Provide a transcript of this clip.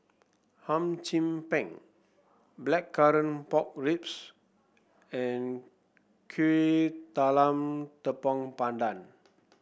Hum Chim Peng Blackcurrant Pork Ribs and Kuih Talam Tepong Pandan